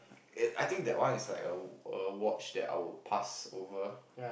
eh I think that one is like a a watch that I would pass over